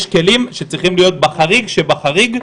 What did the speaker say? יש כלים שצריכים להיות בחריג שבחריג,